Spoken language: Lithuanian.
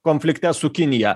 konflikte su kinija